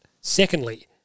Secondly